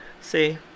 See